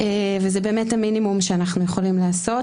וזה באמת המינימום שאנחנו יכולים לעשות,